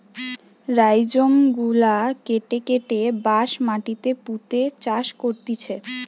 rhizome গুলা কেটে কেটে বাঁশ মাটিতে পুঁতে চাষ করতিছে